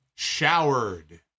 Showered